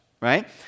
right